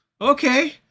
Okay